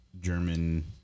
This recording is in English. German